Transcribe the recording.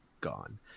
gone